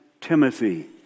Timothy